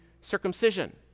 circumcision